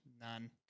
none